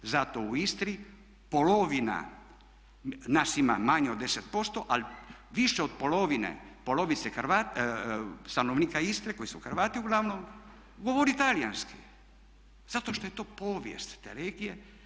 Zato u Istri polovina, nas ima manje od 10% ali više od polovice stanovnika Istre koji su Hrvati uglavnom govori Talijanski zato što je to povijest te regije.